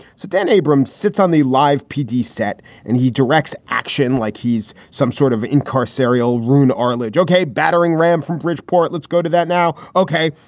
so dan abrams sits on the live pd set and he directs action like he's some sort of in-car serial. roone arledge. ok, battering ram from bridgeport. let's go to that now. ok.